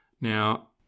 Now